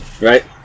right